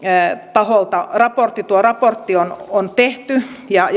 taholta raportti tuo raportti on on tehty ja